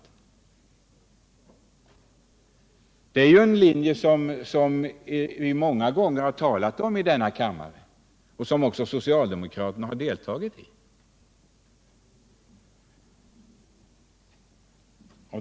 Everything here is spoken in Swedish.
Det är ju en linje som vi många gånger talat om i denna kammare och som också socialdemokraterna har deltagit i.